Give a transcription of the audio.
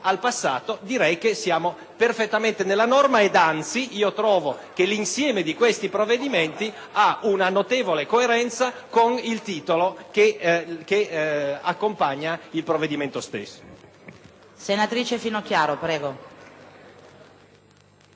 Senatrice Finocchiaro, io